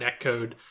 netcode